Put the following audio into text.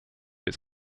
its